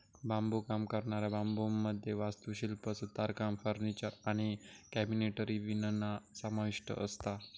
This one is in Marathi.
बांबुकाम करणाऱ्या बांबुमध्ये वास्तुशिल्प, सुतारकाम, फर्निचर आणि कॅबिनेटरी विणणा समाविष्ठ असता